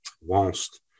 Whilst